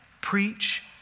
preach